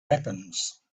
weapons